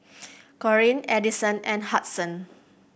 Corene Adison and Hudson